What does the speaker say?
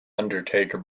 undertaker